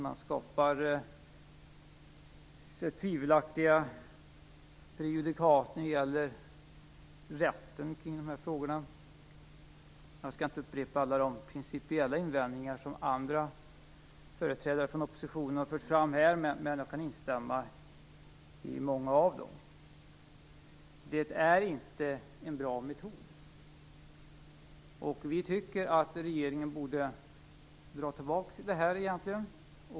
Man skapar tvivelaktiga prejudikat när det gäller rätten kring de här frågorna. Jag skall inte upprepa alla de principiella invändningar som andra företrädare för oppositionen har fört fram. Men jag kan instämma i många av dem. Det är inte en bra metod. Vi tycker att regeringen borde dra tillbaka detta.